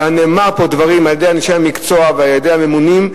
ונאמרו כאן דברים על-ידי אנשי המקצוע ועל-ידי הממונים,